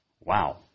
Wow